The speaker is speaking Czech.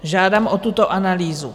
Žádám o tuto analýzu.